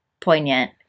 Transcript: poignant